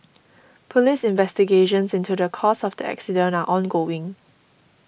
police investigations into the cause of the accident are ongoing